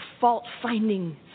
fault-finding